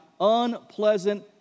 unpleasant